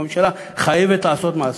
הממשלה חייבת לעשות מעשה.